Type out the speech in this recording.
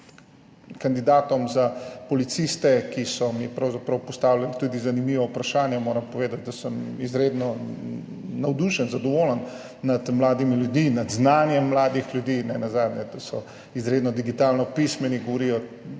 kandidatom za policiste, ki so mi pravzaprav postavljali tudi zanimiva vprašanja. Moram povedati, da sem izredno navdušen, zadovoljen nad mladimi ljudmi, nad znanjem mladih ljudi in nenazadnje nad tem, da so izredno digitalno pismeni, tehnično